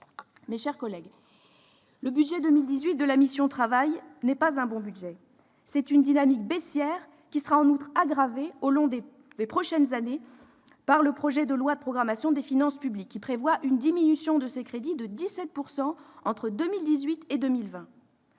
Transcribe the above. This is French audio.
Mes chers collègues, le budget 2018 de la mission « Travail et emploi » n'est pas un bon budget. Sa dynamique baissière sera aggravée au long des prochaines années par le projet de loi de programmation des finances publiques, qui prévoit une diminution de 17 % de ses crédits entre 2018 et 2020.